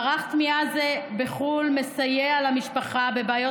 ומערך התמיכה הזה בחו"ל מסייע למשפחה בבעיות